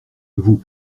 vous